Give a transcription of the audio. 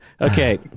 Okay